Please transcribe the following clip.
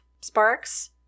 Sparks